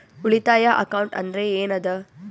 ಉಳಿತಾಯ ಅಕೌಂಟ್ ಅಂದ್ರೆ ಏನ್ ಅದ?